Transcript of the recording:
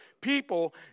people